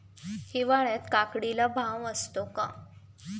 हिवाळ्यात काकडीला भाव असतो का?